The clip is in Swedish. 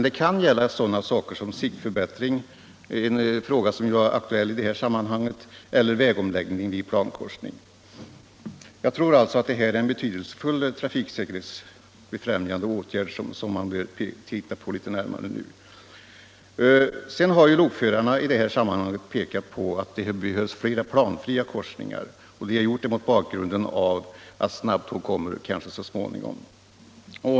Det kan gälla sådana saker som siktförbättring — en fråga som aktualiserats i samband med olyckan — eller vägomläggning i plankorsningar. Jag tror alltså att det utgör en betydelsefull trafiksäkerhetsfrämjande åtgärd, som man nu bör titta litet närmare på. Mot bakgrund av att vi kanske så småningom får snabbtåg har lokförarna pekat på att det behövs flera planskilda korsningar.